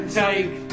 take